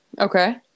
Okay